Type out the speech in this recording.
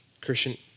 Christian